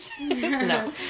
no